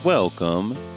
Welcome